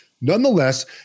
Nonetheless